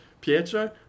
Pietro